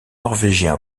norvégien